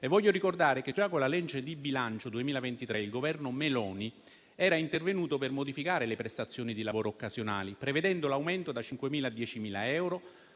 Voglio ricordare che già con la legge di bilancio 2023 il Governo Meloni era intervenuto per modificare le prestazioni di lavoro occasionali, prevedendo l'aumento da 5.000 a 10.000 del